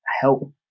help